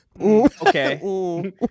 okay